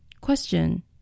Question